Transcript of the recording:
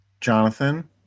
Jonathan